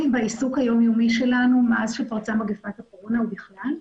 בעיסוק היומיומי שלנו מאז שפרצה מגפת הקורונה ובכלל,